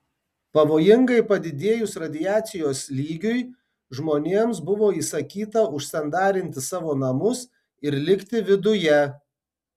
pavojingai padidėjus radiacijos lygiui žmonėms buvo įsakyta užsandarinti savo namus ir likti viduje